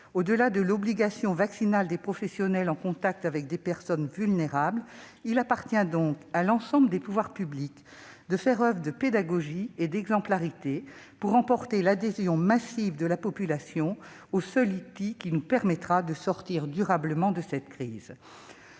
Au-delà de l'obligation vaccinale des professionnels en contact avec des personnes vulnérables, il appartient donc à l'ensemble des pouvoirs publics de faire oeuvre de pédagogie et d'exemplarité pour emporter l'adhésion massive de la population au seul outil qui nous permettra de sortir durablement de cette crise.